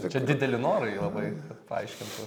čia dideli norai labai paaiškintų